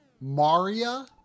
Maria